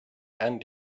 and